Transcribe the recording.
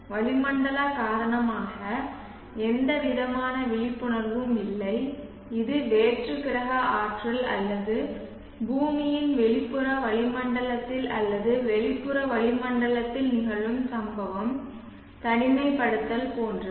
வளிமண்டலம் காரணமாக எந்தவிதமான விழிப்புணர்வும் இல்லை இது வேற்று கிரக ஆற்றல் அல்லது பூமியின் வெளிப்புற வளிமண்டலத்தில் அல்லது வெளிப்புற வளிமண்டலத்தில் நிகழும் சம்பவம் தனிமைப்படுத்துதல் போன்றது